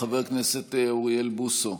חבר הכנסת אוריאל בוסו,